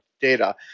data